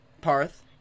Parth